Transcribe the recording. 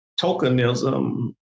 tokenism